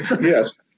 Yes